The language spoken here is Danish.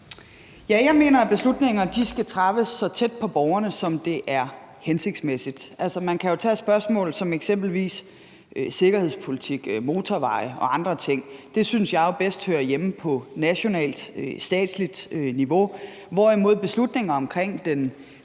Ja, jeg mener, at beslutninger skal træffes så tæt på borgerne, som det er hensigtsmæssigt. Man kan jo tage spørgsmål som eksempelvis sikkerhedspolitik, motorveje og andre ting. Det synes jeg bedst hører hjemme på nationalt, statsligt niveau, hvorimod beslutninger omkring den